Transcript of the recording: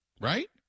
Right